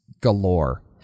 galore